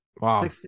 wow